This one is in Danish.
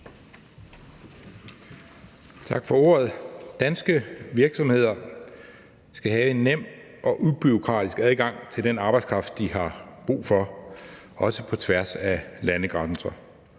Tak for ordet. Danske virksomheder skal have en nem og ubureaukratisk adgang til den arbejdskraft, de har brug for, også på tværs af landegrænser.